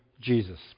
Jesus